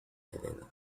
helena